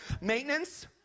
Maintenance